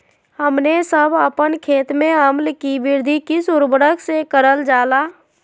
हमने सब अपन खेत में अम्ल कि वृद्धि किस उर्वरक से करलजाला?